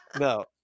No